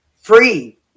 Free